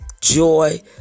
joy